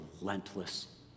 relentless